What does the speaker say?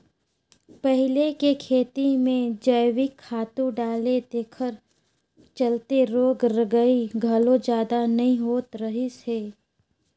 पहिले के खेती में जइविक खातू डाले तेखर चलते रोग रगई घलो जादा नइ होत रहिस हे